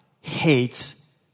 hates